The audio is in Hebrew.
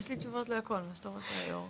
יש לי תשובות להכל, זה תלוי רק ביושב הראש.